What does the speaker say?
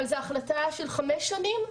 אבל זו החלטה שהתקבלה כבר לפני חמש שנים.